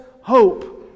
hope